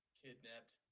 kidnapped